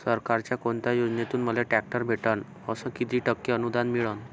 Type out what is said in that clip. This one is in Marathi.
सरकारच्या कोनत्या योजनेतून मले ट्रॅक्टर भेटन अस किती टक्के अनुदान मिळन?